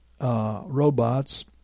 Robots